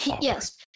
Yes